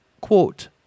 quote